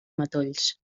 matolls